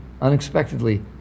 unexpectedly